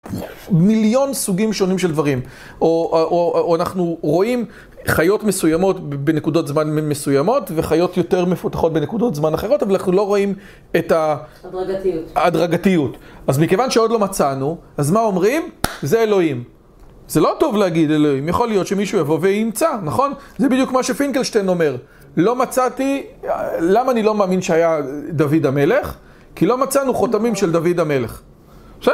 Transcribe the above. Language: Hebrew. מיליון סוגים שונים של דברים. או אנחנו רואים חיות מסוימות בנקודות זמן מסוימות וחיות יותר מפותחות בנקודות זמן אחרות, אבל אנחנו לא רואים את ההדרגתיות. אז מכיוון שעוד לא מצאנו, אז מה אומרים? זה אלוהים. זה לא טוב להגיד אלוהים, יכול להיות שמישהו יבוא וימצא, נכון? זה בדיוק מה שפינקלשטיין אומר. לא מצאתי, למה אני לא מאמין שהיה דוד המלך? כי לא מצאנו חותמים של דוד המלך.